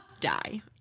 die